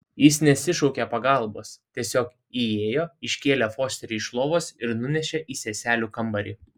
jis nesišaukė pagalbos tiesiog įėjo iškėlė fosterį iš lovos ir nunešė į seselių kambarį